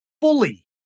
fully